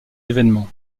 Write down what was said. événement